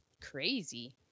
crazy